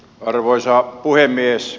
arvoisa puhemies